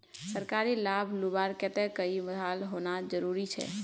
सरकारी लाभ लुबार केते कई साल होना जरूरी छे?